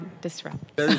disrupt